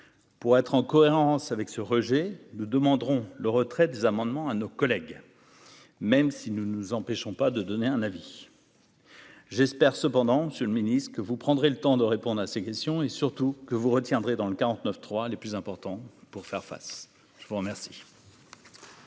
pour être en cohérence avec ce rejet le demanderont le retrait des amendements à nos collègues, même si nous nous empêchons pas de donner un avis. J'espère cependant Monsieur le Ministre, que vous prendrez le temps de répondre à ces questions et surtout que vous retiendrez dans le 49 3 les plus importants pour faire face, je vous remercie.